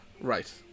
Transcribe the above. right